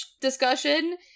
discussion